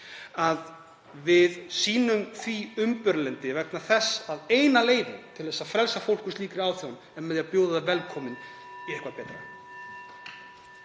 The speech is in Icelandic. að við sýnum því umburðarlyndi vegna þess að eina leiðin til að frelsa fólk úr slíkri áþján er að bjóða það velkomið í eitthvað betra.